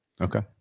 Okay